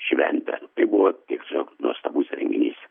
šventę tai buvo tiesiog nuostabus renginys